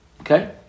Okay